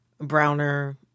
browner